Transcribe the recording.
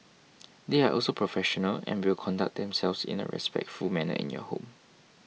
they are also professional and will conduct themselves in a respectful manner in your home